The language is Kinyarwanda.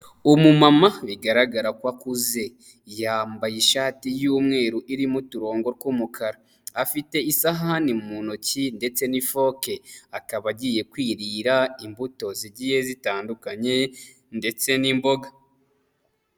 Umumama bigaragara ko akuze yambaye ishati y'umweru irimo uturongo tw'umukara afite isahani mu ntoki ndetse n'ifoke akaba agiye kwirira imbuto zigiye zitandukanye ndetse n'imboga.